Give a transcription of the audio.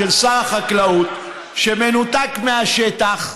של שר חקלאות שמנותק מהשטח,